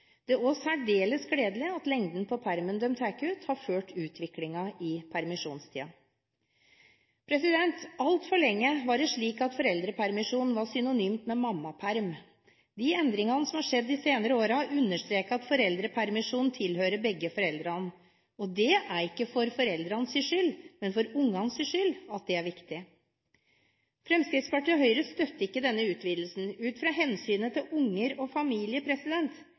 Det er også særdeles gledelig at lengden på permen de tar ut, har fulgt utviklingen i permisjonstiden. Altfor lenge var det slik at foreldrepermisjon var synonymt med mammaperm. De endringene som har skjedd de senere årene, understreker at foreldrepermisjonen tilhører begge foreldrene, og det er ikke for foreldrenes skyld at det er viktig, men for ungenes. Fremskrittspartiet og Høyre støtter ikke denne utvidelsen, ut fra hensynet til barn og familie.